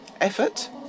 effort